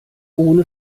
ohne